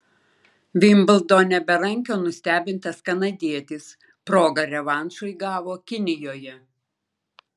vimbldone berankio nustebintas kanadietis progą revanšui gavo kinijoje